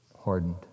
hardened